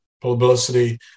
publicity